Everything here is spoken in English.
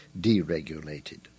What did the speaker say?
deregulated